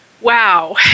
wow